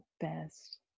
best